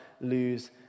lose